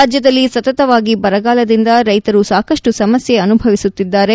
ರಾಜ್ಯದಲ್ಲಿ ಸತತವಾಗಿ ಬರಗಾಲದಿಂದ ರೈತರು ಸಾಕಷ್ಟು ಸಮಸ್ಯೆ ಅನುಭವಿಸುತ್ತಿದ್ದಾರೆ